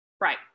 Right